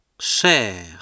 Cher